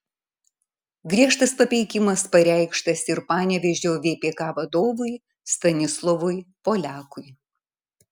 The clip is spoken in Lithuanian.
griežtas papeikimas pareikštas ir panevėžio vpk vadovui stanislovui poliakui